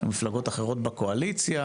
כשמפלגות אחרות בקואליציה,